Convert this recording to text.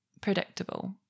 predictable